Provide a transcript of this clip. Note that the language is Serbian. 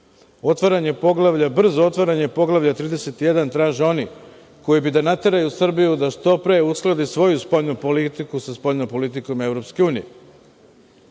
otvaranje Poglavlja 31. Brzo otvaranje Poglavlja 31 traže oni koji bi da nateraju Srbiju da što pre uskladi svoju spoljnu politiku sa spoljnom politikom EU.